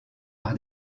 par